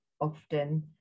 often